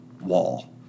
wall